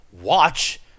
watch